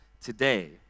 today